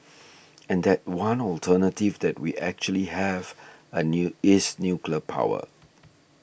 and that one alternative that we actually have a new is nuclear power